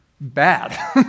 bad